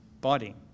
body